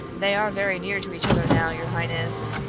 they are very near to each other now, your highness.